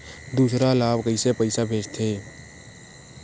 दूसरा ला कइसे पईसा भेजथे?